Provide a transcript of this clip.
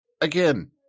Again